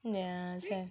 yeah sia